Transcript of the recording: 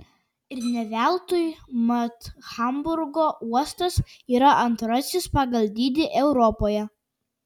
ir ne veltui mat hamburgo uostas yra antrasis pagal dydį europoje